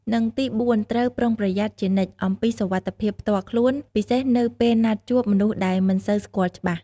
និងទីបួន ត្រូវ ប្រុងប្រយ័ត្នជានិច្ចអំពីសុវត្ថិភាពផ្ទាល់ខ្លួន ពិសេសនៅពេលណាត់ជួបមនុស្សដែលមិនសូវស្គាល់ច្បាស់។